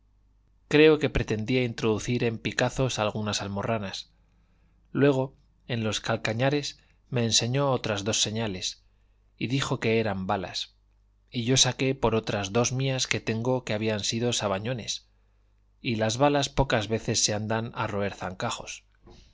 creo que pretendía introducir en picazos algunas almorranas luego en los calcañares me enseñó otras dos señales y dijo que eran balas y yo saqué por otras dos mías que tengo que habían sido sabañones y las balas pocas veces se andan a roer zancajos